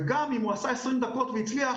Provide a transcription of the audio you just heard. וגם אם הוא עשה 20 דקות והצליח,